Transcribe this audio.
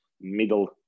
middle